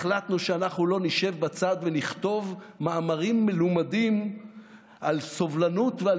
החלטנו שאנחנו לא נשב בצד ונכתוב מאמרים מלומדים על סובלנות ועל